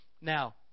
Now